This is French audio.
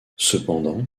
cependant